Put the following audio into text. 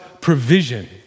provision